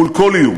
מול כל איום.